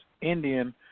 Indian